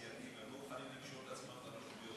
והם לא מוכנים לקשור את עצמם לרשויות,